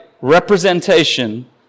representation